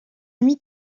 amie